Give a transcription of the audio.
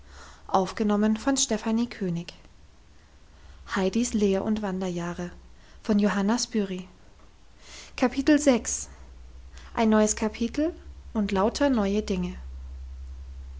ein neues kapitel und lauter neue dinge